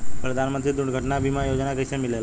प्रधानमंत्री दुर्घटना बीमा योजना कैसे मिलेला?